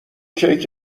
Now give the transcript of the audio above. کیک